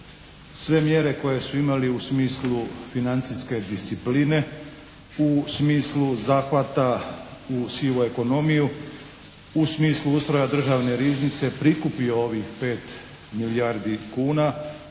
sve mjere koje su imali u smislu financijske discipline, u smislu zahvata u sivu ekonomiju, u smislu ustroja Državne riznice prikupio ovih 5 milijardi kuna